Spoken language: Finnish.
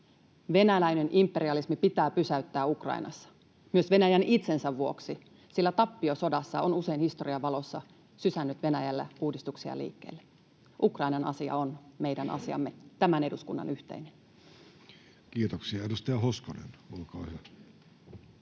Venäläinen imperialismi pitää pysäyttää Ukrainassa — myös Venäjän itsensä vuoksi, sillä tappio sodassa on usein historian valossa sysännyt Venäjällä uudistuksia liikkeelle. Ukrainan asia on meidän asiamme, tämän eduskunnan yhteinen. Kiitoksia. — Edustaja Hoskonen, olkaa hyvä.